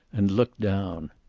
and looked down.